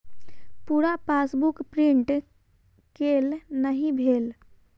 पूरा passbook print केल नहि भेल